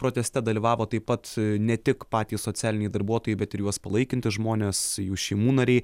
proteste dalyvavo taip pat ne tik patys socialiniai darbuotojai bet ir juos palaikantys žmonės jų šeimų nariai